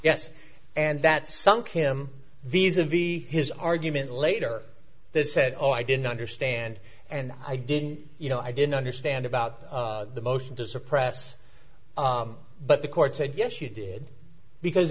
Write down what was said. yes and that sunk him visa v his argument later that said oh i didn't understand and i didn't you know i didn't understand about the motion to suppress but the court said yes you did because